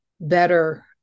better